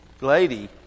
lady